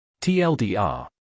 TLDR